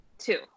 two